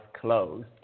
closed